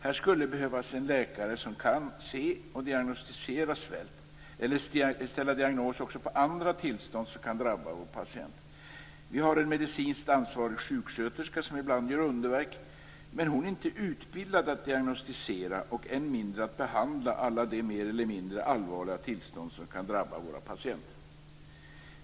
Här skulle det behövas en läkare som kan se och diagnostisera svält och ställa diagnos också på andra tillstånd som kan drabba vår patient. Vi har en medicinskt ansvarig sjuksköterska som ibland gör underverk, men hon är inte utbildad att diagnostisera, och än mindre att behandla, alla de mer eller mindre allvarliga tillstånd som kan drabba våra patienter.